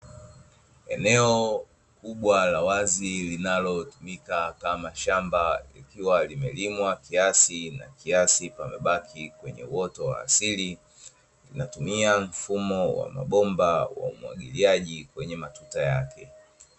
Eneo kubwa la wazi linalotumika kama shamba, likiwa limelimwa kiasi na kiasi pamebaki kwenye uoto wa asili. Inatumia mfumo wa mabomba wa umwagiliaji kwenye matuta yake.